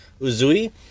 Uzui